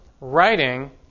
writing